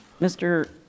Mr